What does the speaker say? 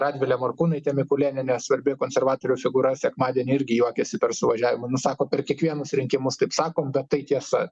radvilė morkūnaitė mikulėnienė svarbi konservatorių figūra sekmadienį irgi juokiasi per suvažiavimą nu sako per kiekvienus rinkimus taip sakom bet tai tiesa